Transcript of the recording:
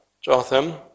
Jotham